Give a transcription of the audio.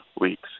weeks